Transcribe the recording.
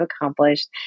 accomplished